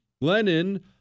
Lenin